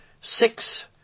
six